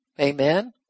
Amen